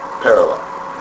parallel